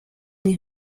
les